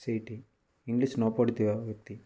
ସେଇଠି ଇଂଲିଶ ନ ପଢ଼ିଥିବା ବ୍ୟକ୍ତି